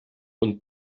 und